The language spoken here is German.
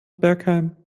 bergheim